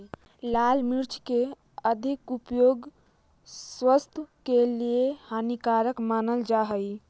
लाल मिर्च के अधिक प्रयोग स्वास्थ्य के लिए हानिकारक मानल जा हइ